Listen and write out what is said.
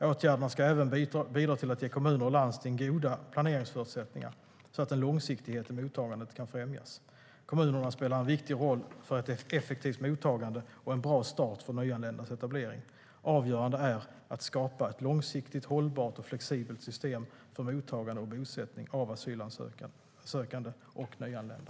Åtgärderna ska även bidra till att ge kommuner och landsting goda planeringsförutsättningar så att en långsiktighet i mottagandet kan främjas. Kommunerna spelar en viktig roll för ett effektivt mottagande och en bra start för nyanländas etablering. Avgörande är att skapa ett långsiktigt hållbart och flexibelt system för mottagande och bosättning av asylsökande och nyanlända.